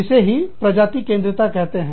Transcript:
इसे ही प्रजातिकेंद्रिता कहते हैं